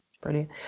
Brilliant